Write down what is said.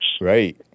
Right